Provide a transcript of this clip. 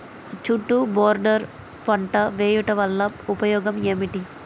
చుట్టూ బోర్డర్ పంట వేయుట వలన ఉపయోగం ఏమిటి?